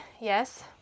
Yes